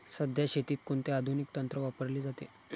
सध्या शेतीत कोणते आधुनिक तंत्र वापरले जाते?